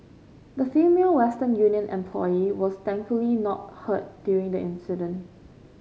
the female Western Union employee was thankfully not hurt during the incident